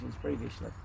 previously